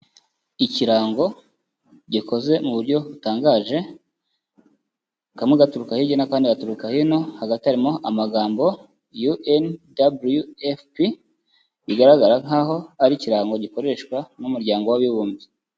Ikirango gikoze mu buryo butangaje, kamwe gaturuka hirya n'akandi gaturuka hino, harimo amagambo UN WFP, bigaragara nkaho ari ikirango gikoreshwa n'umuryango w'abibumbye.